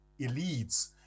elites